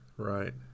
Right